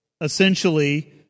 essentially